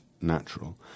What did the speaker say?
natural